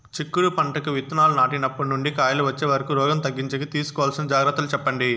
చిక్కుడు పంటకు విత్తనాలు నాటినప్పటి నుండి కాయలు వచ్చే వరకు రోగం తగ్గించేకి తీసుకోవాల్సిన జాగ్రత్తలు చెప్పండి?